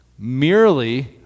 merely